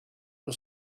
was